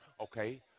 Okay